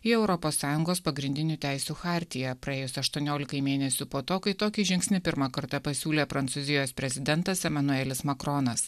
ir europos sąjungos pagrindinių teisių chartiją praėjus aštuoniolikai mėnesių po to kai tokį žingsnį pirmą kartą pasiūlė prancūzijos prezidentas emanuelis makronas